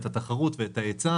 ככה.